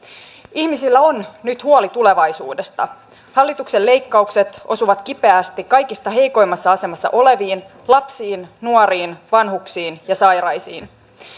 ihmisillä on nyt huoli tulevaisuudesta hallituksen leikkaukset osuvat kipeästi kaikista heikoimmassa asemassa oleviin lapsiin nuoriin vanhuksiin ja sairaisiin